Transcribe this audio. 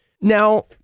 Now